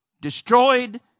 destroyed